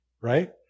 right